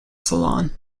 salon